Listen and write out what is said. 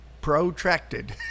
Protracted